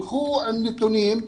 תקבלו נתונים,